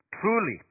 truly